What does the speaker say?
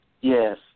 Yes